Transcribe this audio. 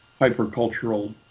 hypercultural